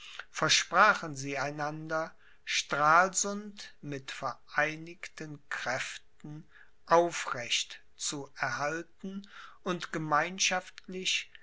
versprachen sie einander stralsund mit vereinigten kräften aufrecht zu erhalten und gemeinschaftlich